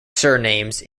surnames